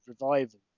Revival